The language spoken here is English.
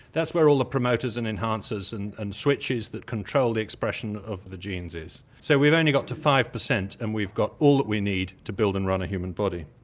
that's where all the promoters and enhancers and and switches that control the expression of the genes is. so we've only got to five percent and we've got all that we need to build and run a human body.